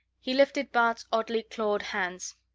he lifted bart's oddly clawed hands.